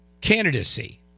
candidacy